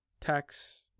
Tax